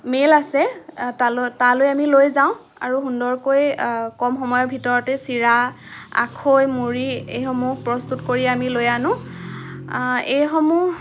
মেল আছে তালৈ তালৈ আমি লৈ যাওঁ আৰু সুন্দৰ কৈ কম সময়ৰ ভিতৰতে চিৰা আখৈ মুৰি এইসমূহ প্ৰস্তুত কৰি আমি লৈ আনোঁ এইসমূহ